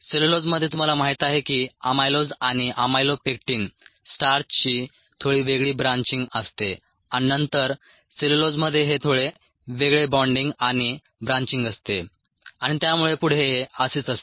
सेल्युलोजमध्ये तुम्हाला माहित आहे की अमायलोज आणि अमायलोपेक्टिन स्टार्चची थोडी वेगळी ब्रांचींग असते आणि नंतर सेल्युलोजमध्ये हे थोडे वेगळे बाँडींग आणि ब्रांचींग असते आणि त्यामुळे पुढे हे असेच असते